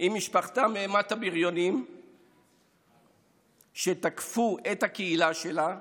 עם משפחתה מאימת הבריונים שתקפו את הקהילה שלה,